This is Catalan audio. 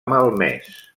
malmès